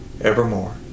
evermore